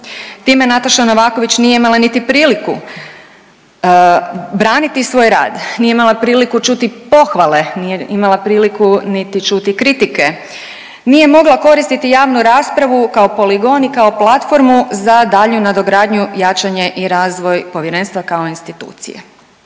Time Nataša Novaković nije imala niti priliku braniti svoj rad, nije imala priliku čuti pohvale, nije imala priliku niti čuti kritike, nije mogla koristiti javnu raspravu kao poligon i kao platformu za daljnju nadogradnju, jačanje i razvoj Povjerenstva kao institucije.